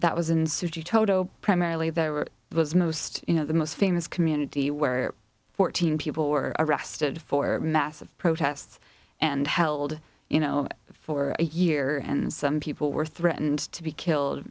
that was in sujit todo primarily there were was most of the most famous community where fourteen people were arrested for massive protests and held you know for a year and some people were threatened to be killed